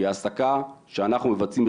היא העסקה שאנחנו מבצעים,